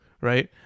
right